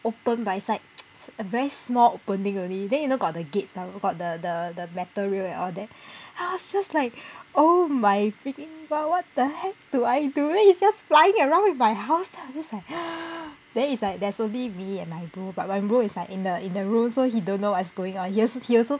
open but it's like a very small opening only then you know got the gates ah got the the the metal rail and all that I was just like oh my freaking god what the heck do I do then it's just flying around in my house then I was just like then it's like there's only me and my bro but my bro is like in the in the room so he don't know what's going on here he he also